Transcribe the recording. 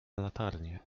latarnię